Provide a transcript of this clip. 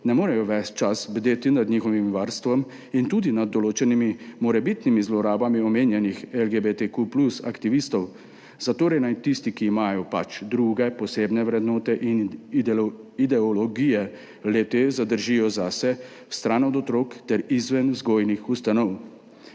ne morejo ves čas bdeti nad njihovim varstvom in tudi nad določenimi morebitnimi zlorabami omenjenih aktivistov LGBTQ+, zatorej naj tisti, ki imajo pač druge posebne vrednote in ideologije, le-te zadržijo zase, stran od otrok ter izven vzgojnih ustanov.